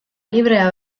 librea